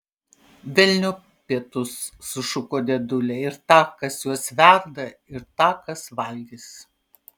velniop pietus sušuko dėdulė ir tą kas juos verda ir tą kas valgys